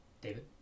David